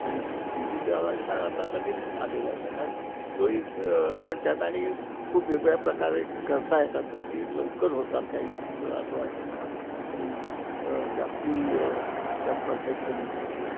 आणि डिजिटल हा आता नवीन आलेला आहे प्रकार तो ही पण त्यात आणि खूप वेगवेगळ्या प्रकारे करता येतात गोष्टी लवकर होतात काही असं वाटते मला काही जास्ती त्यात परफेक्शन येऊ शकतं